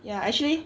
ya actually